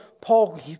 Paul